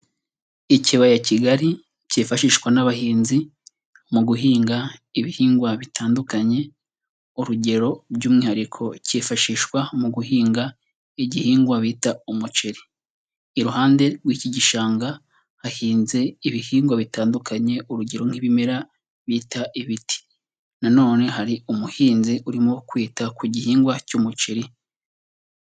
Ikibaya kigari kifashishwa n'abahinzi mu guhinga ibihingwa bitandukanye, urugero by'umwihariko kifashishwa mu guhinga igihingwa bita umuceri, iruhande rw'iki gishanga hahinze ibihingwa bitandukanye, urugero nk'ibimera bita ibiti na none hari umuhinzi urimo kwita ku gihingwa cy'umuceri.